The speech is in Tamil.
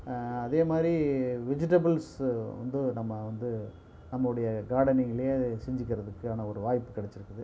அதேமாதிரி விஜிடெபுள்ஸ்ஸு வந்து நம்ம வந்து நம்முடைய கார்டனிங்கலையே செஞ்சிக்கிறதுக்கான ஒரு வாய்ப்பு கிடைச்சிருக்குது